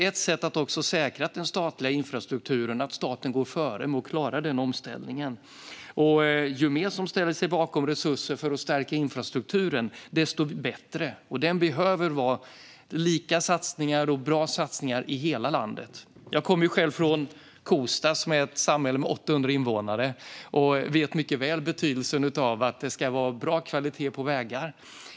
Att staten går före med att klara omställningen är ett sätt att säkra den statliga infrastrukturen. Ju fler som ställer sig bakom resurser för att stärka infrastrukturen, desto bättre. Det behöver göras lika satsningar och bra satsningar i hela landet. Jag kommer själv från Kosta, som är ett samhälle med 800 invånare, och vet mycket väl betydelsen av att det är bra kvalitet på vägarna.